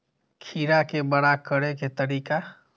खीरा के बड़ा करे के तरीका?